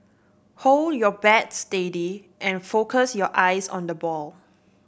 hold your bat steady and focus your eyes on the ball